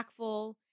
impactful